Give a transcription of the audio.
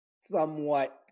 somewhat